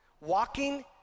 walking